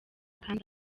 kandi